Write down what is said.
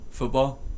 football